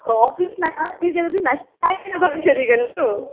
profit नास्ति चेदपि नष्टाय भविष्यति खलु